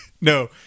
No